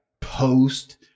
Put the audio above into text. post